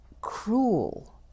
cruel